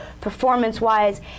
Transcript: performance-wise